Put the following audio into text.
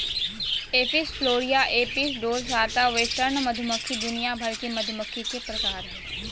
Apis florea, Apis dorsata, western मधुमक्खी दुनिया भर के मधुमक्खी के प्रकार हय